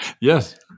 Yes